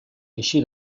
així